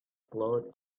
cloud